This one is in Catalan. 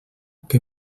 que